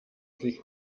sie